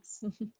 Thanks